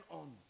on